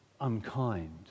unkind